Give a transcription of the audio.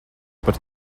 par